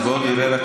אז בואו נראה רק